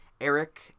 Eric